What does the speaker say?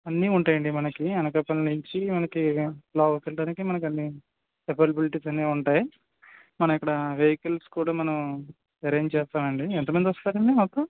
అన్నీ ఉంటాయండి మనకి అనకాపల్లి నుంచి మనకి ఫ్లాగతుటానికి మనకి అన్ని అవైలబిలిటీస్ అన్న ఉంటాయి మన ఇక్కడ వెహికల్స్ కూడా మనం అరేంజ్ చేస్తామండి ఎంతమంది వస్తారండి మొత్తం